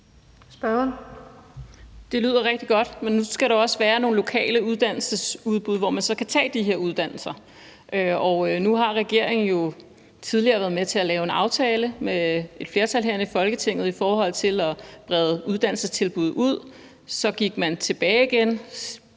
Det lyder rigtig godt, men nu skal der jo også være nogle lokale uddannelsesudbud, hvor man kan tage de her uddannelser. Og nu har regeringen jo tidligere været med til at lave en aftale med et flertal herinde i Folketinget i forhold til at brede uddannelsestilbuddet ud, men så gik man tilbage igen;